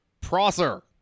Prosser